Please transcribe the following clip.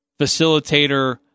facilitator